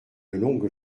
longue